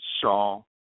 saw